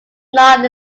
not